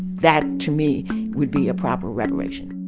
that to me would be a proper reparation.